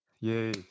yay